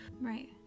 Right